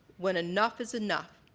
when enough is enough,